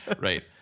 Right